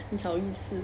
你好意思